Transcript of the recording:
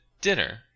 dinner